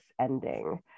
ending